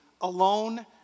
alone